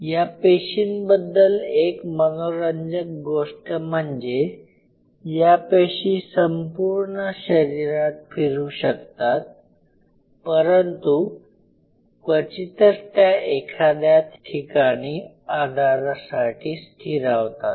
या पेशींबद्दल एक मनोरंजक गोष्ट म्हणजे या पेशी संपूर्ण शरीरात फिरू शकतात परंतु क्वचितच त्या एखाद्या ठिकाणी आधारासाठी स्थिरावतात